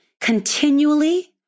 continually